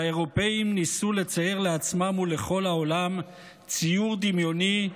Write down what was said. והאירופים ניסו לצייר לעצמם ולכל העולם ציור דמיוני,